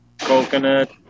coconut